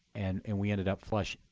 and and we ended up flush.